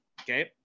okay